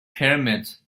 pyramids